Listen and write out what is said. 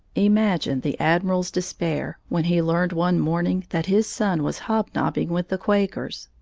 imagine the admiral's despair when he learned one morning that his son was hobnobbing with the quakers!